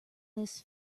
this